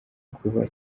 kuba